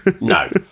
no